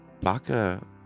Baka